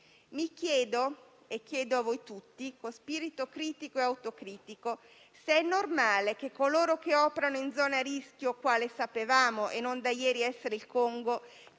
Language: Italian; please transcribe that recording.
Mi chiedo - e chiedo a voi tutti, con spirito critico e autocritico - se è normale che coloro che operano in zone a rischio (quale sapevamo essere il Congo,